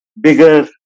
bigger